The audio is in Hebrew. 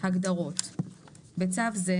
הגדרות בצו זה